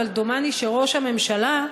אבל דומני שראש הממשלה,